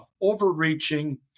overreaching